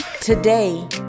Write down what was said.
Today